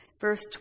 Verse